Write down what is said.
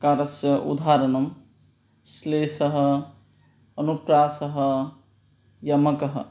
कारस्य उदाहरणं श्लेषः अनुप्रासः यमकः